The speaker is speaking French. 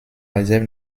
réserve